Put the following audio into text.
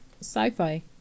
sci-fi